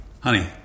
Honey